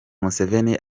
museveni